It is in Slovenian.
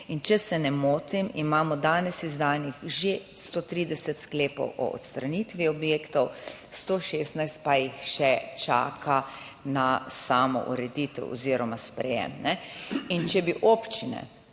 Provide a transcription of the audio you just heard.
če se ne motim, imamo danes izdanih že 130 sklepov o odstranitvi objektov, 116 pa jih še čaka na samo ureditev oziroma sprejem. In če bi občine